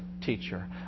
teacher